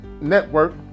network